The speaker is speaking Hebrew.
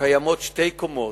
קיימות שתי קומות,